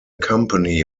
company